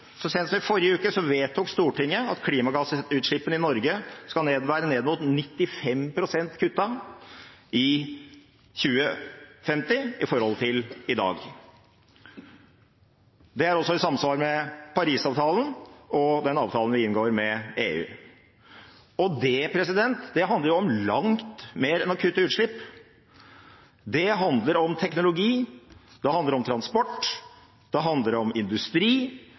Så sent som i forrige uke vedtok Stortinget at klimagassutslippene i Norge skal være ned mot 95 pst. kuttet i 2050 i forhold til i dag. Det er også i samsvar med Paris-avtalen og den avtalen vi inngår med EU. Det handler om langt mer enn å kutte utslipp. Det handler om teknologi, det handler om transport, det handler om industri,